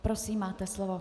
Prosím, máte slovo.